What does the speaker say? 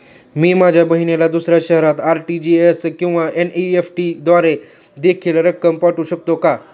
मी माझ्या बहिणीला दुसऱ्या शहरात आर.टी.जी.एस किंवा एन.इ.एफ.टी द्वारे देखील रक्कम पाठवू शकतो का?